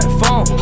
phone